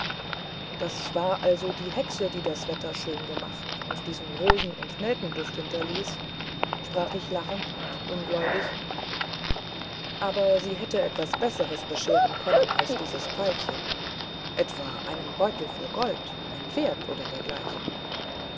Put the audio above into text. das war also die hexe die das wetter schön machte und diesen rosen und nelkenduft hinterließ sprach ich lachend und unglaubig aber sie hätte etwas besseres bescheren können als dieses pfeifchen etwa einen beutel voll gold ein pferd oder dergleichen